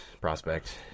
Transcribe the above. prospect